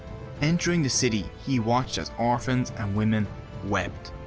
entering the city he watched as orphans and women wept,